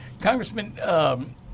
Congressman